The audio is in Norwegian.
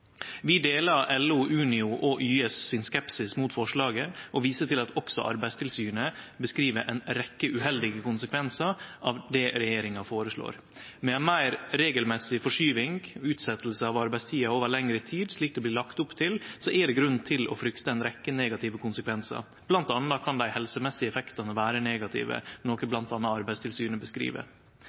Vi deler LO, Unio og YS sin skepsis mot forslaget og viser til at også Arbeidstilsynet beskriv ei rekkje uheldige konsekvensar av det regjeringa føreslår. Med ei meir regelmessig forskyving og utsetjing av arbeidstida over lengre tid, slik det blir lagt opp til, er det grunn til å frykte ei rekkje negative konsekvensar, bl.a. kan dei helsemessige effektane vere negative, noko bl.a. Arbeidstilsynet